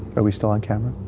are we still on camera?